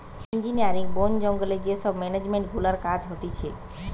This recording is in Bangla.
ইঞ্জিনারিং, বোন জঙ্গলে যে সব মেনেজমেন্ট গুলার কাজ হতিছে